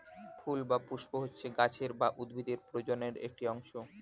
ফুল বা পুস্প হচ্ছে গাছের বা উদ্ভিদের প্রজননের একটি অংশ